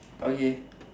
okay